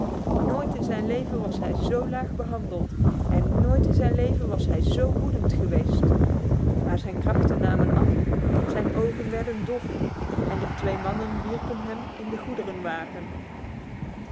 nooit in zijn leven was hij zo laag behandeld en nooit in zijn leven was hij zo woedend geweest maar zijn krachten namen af zijn ogen werden dof en de twee mannen wierpen hem in de